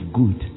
good